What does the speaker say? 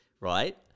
right